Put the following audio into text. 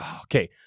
Okay